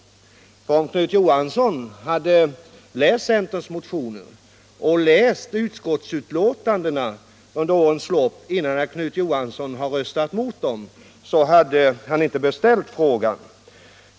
Om herr Knut Johansson hade läst centerns motioner och utskottsbetänkandena under årens lopp innan han hade röstat emot dem, skulle han inte ha behövt ställa den frågan.